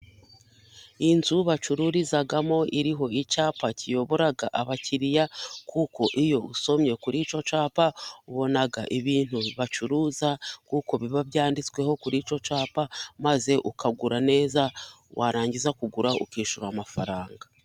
Inzu bacururizamo iriho icyapa kiyobora abakiriya ,kuko iyo usomye kuri icyo cyapa ubona ibintu bacuruza, kuko biba byanditsweho kuri icyo cyapa .Maze ukagura neza , warangiza kugura, ukishyura amafaranga.